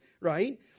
right